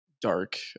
dark